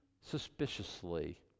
suspiciously